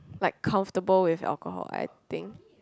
like comfortable with alcohol I think